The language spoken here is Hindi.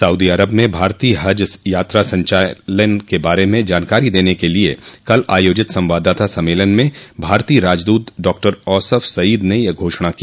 सऊदी अरब में भारतीय हज यात्रा संचालन के बारे में जानकारी देने के लिये कल आयोजित संवाददाता सम्मेलन में भारतीय राजदूत डॉक्टर औसफ सईद ने यह घोषणा की